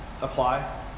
apply